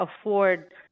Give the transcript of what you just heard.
afford